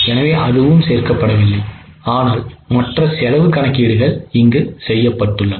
எனவே அதுவும் சேர்க்கப்படவில்லை ஆனால் மற்ற செலவு கணக்கீடுகள் இங்கு செய்யப்பட்டுள்ளன